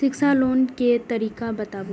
शिक्षा लोन के तरीका बताबू?